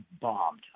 bombed